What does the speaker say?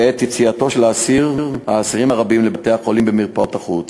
ואת יציאתם של האסירים הרבים לבתי-החולים ומרפאות החוץ